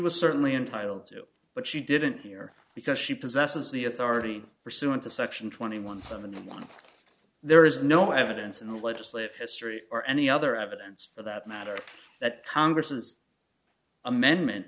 was certainly entitled to but she didn't hear because she possesses the authority pursuant to section twenty one seventy one there is no evidence in the legislative history or any other evidence for that matter that congress has amendment